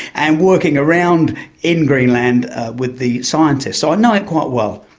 and working around in greenland with the scientists. so i know it quite well.